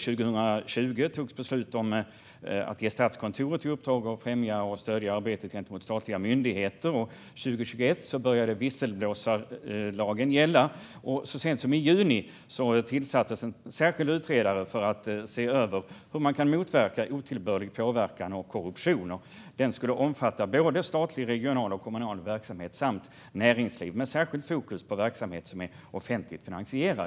År 2020 togs beslut om att ge Statskontoret i uppdrag att främja och stödja arbetet gentemot statliga myndigheter, och 2021 började visselblåsarlagen gälla. Så sent som i juni tillsattes en särskild utredare för att se över hur man kan motverka otillbörlig påverkan och korruption. Utredningen skulle omfatta statlig, regional och kommunal verksamhet samt näringsliv, med särskilt fokus på verksamhet som är offentligt finansierad.